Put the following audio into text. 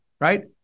right